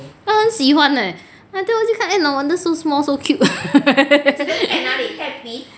她很喜欢 eh until 我就看 eh no wonder so small so cute